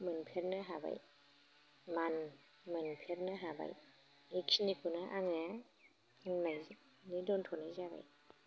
मोनफेरनो हाबाय मान मोनफेरनो हाबाय एखिनिखौनो आङो होननानै दोनथ'नाय जाबाय